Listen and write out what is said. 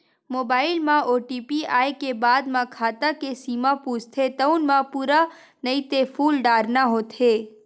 mobile म OTP आए के बाद म खाता के सीमा पूछथे तउन म पूरा नइते फूल डारना होथे